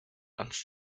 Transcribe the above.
ans